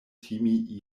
timi